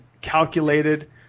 calculated –